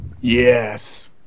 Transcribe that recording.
Yes